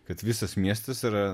kad visas miestas yra